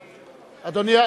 אדוני,